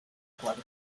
cuadro